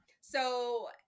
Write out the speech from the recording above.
So-